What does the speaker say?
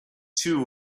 two